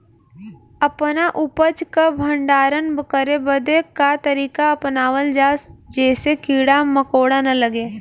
अपना उपज क भंडारन करे बदे का तरीका अपनावल जा जेसे कीड़ा मकोड़ा न लगें?